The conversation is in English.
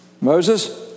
Moses